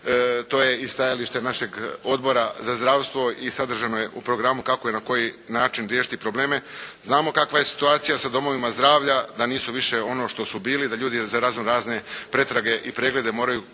to je i stajalište našeg Odbora za zdravstvo i sadržano je u programu kako i na koji način riješiti probleme. Znamo kakva je situacija sa domovima zdravlja, da nisu više ono što su bili, da ljudi za razno razne pretrage i preglede moraju